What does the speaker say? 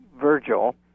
Virgil